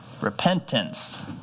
Repentance